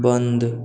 बन्द